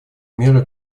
меры